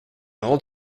old